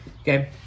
okay